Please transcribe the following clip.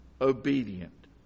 obedient